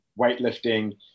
weightlifting